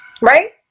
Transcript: Right